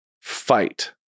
fight